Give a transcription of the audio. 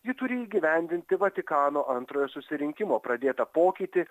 ji turi įgyvendinti vatikano antrojo susirinkimo pradėtą pokytį